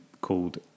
called